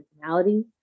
personality